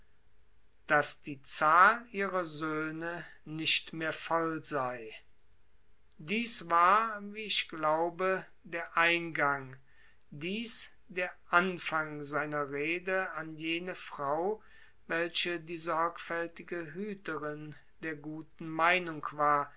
daß die zahl nicht mehr voll sei dies war wie ich glaube der eingang dies der anfang seiner rede an jene frau welche die sorgfältige hütterin der guten meinung war